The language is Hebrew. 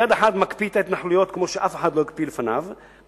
ביד אחת מקפיא את ההתנחלויות כמו שאף אחד לפניו לא הקפיא,